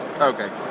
Okay